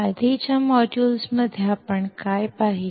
आधीच्या मॉड्यूल्समध्ये आपण काय पाहिले